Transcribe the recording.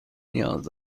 نیاز